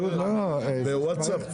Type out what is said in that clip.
בווטסאפ?